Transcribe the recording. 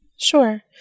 Sure